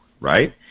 right